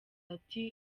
ati